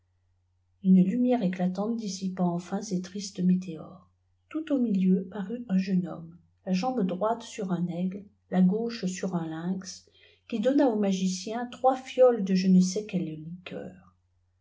une lumière éclatante dissipa enfin ces tristes météores tout au milieu parut un jeune homme la jambe droite sur un aigle la gauche sur un lynx qui donna au magicien trois fioles de je ne sais quelle liqueur